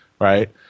Right